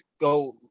go